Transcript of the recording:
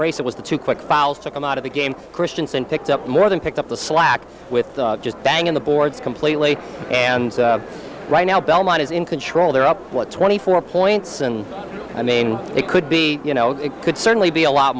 race it was the too quick fouls to come out of the game christianson picked up more than picked up the slack with just bang in the boards completely and right now belmont is in control there are what twenty four points and i mean it could be you know it could certainly be a lot